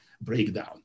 breakdown